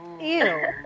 Ew